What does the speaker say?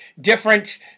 different